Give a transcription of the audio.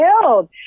killed